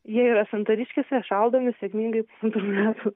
jie yra santariškėse šaldomi sėkmingai pusantrų metų